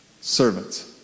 Servants